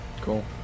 Cool